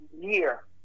year